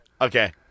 okay